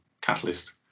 catalyst